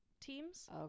teams